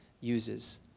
uses